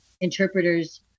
interpreters